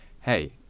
hey